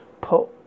Put